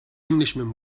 englishman